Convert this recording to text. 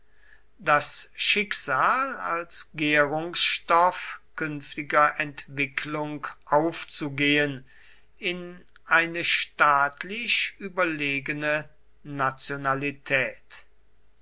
das schicksal als gärungsstoff künftiger entwicklung aufzugehen in eine staatlich überlegene nationalität